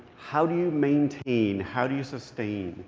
how do you maintain how do you sustain?